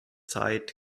zeit